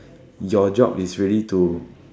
your job is really to